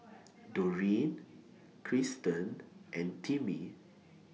Doreen Krysten and Timmie